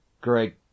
great